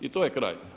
I to je kraj.